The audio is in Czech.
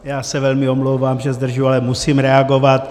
Já se velmi omlouvám, že zdržuji, ale musím reagovat.